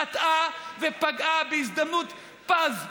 חטאה ופגעה בהזדמנות פז,